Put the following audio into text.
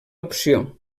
opció